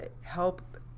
help